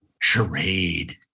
Charade